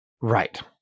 Right